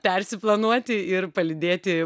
persiplanuoti ir palydėti